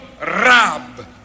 Rab